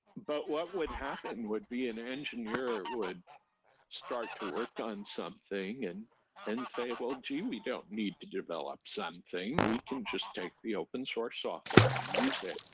but what would happen would be an engineer would start to work on something and and say, well, gee! we don't need to develop something. we can just take the open source software and use it,